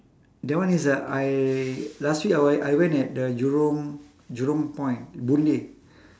that one is uh I last week I we~ I went at the jurong jurong point boon lay